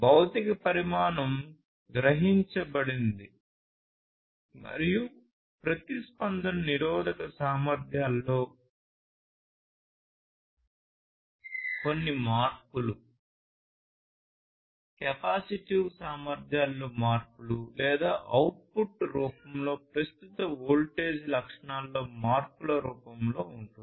భౌతిక పరిమాణం గ్రహించబడింది మరియు ప్రతిస్పందన నిరోధక సామర్థ్యాలలో కొన్ని మార్పులు కెపాసిటివ్ సామర్థ్యాలలో మార్పులు లేదా అవుట్పుట్ రూపంలో ప్రస్తుత వోల్టేజ్ లక్షణాలలో మార్పుల రూపంలో ఉంటుంది